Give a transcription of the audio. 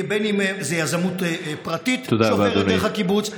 בין שזה יזמות פרטית שעוברת דרך הקיבוץ,